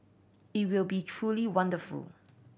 it will be truly wonderful